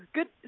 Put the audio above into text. Good